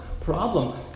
problem